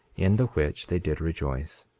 in the which they did rejoice.